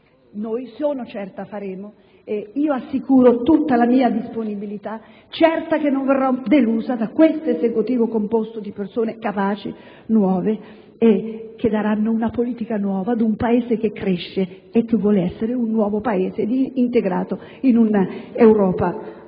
Noi, sono certa, lo faremo: assicuro tutta la mia disponibilità, certa che non verrò delusa da questo Esecutivo, composto di persone capaci e nuove, che daranno una politica nuova ad un Paese in crescita, che vuole essere nuovo ed integrato in un'Europa